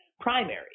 primary